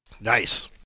Nice